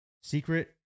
secret